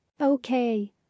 Okay